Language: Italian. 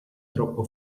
troppo